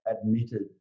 admitted